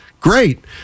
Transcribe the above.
Great